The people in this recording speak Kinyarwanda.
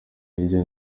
hirya